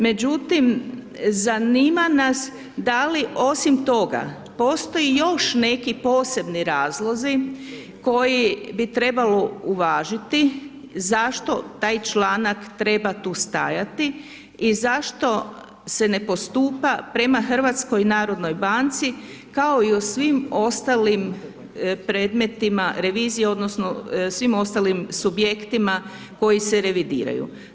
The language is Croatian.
Međutim, zanima nas da li osim toga postoje još neki posebni razlozi koje bi trebalo uvažiti zašto taj članak treba tu stajati i zašto se ne postupa prema HNB-u kao i o svim ostalim predmetima revizije, odnosno svim ostalim subjektima koji se revidiraju.